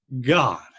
God